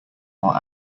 are